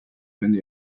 kunde